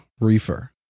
reefer